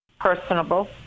personable